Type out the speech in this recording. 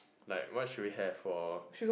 like what should we have for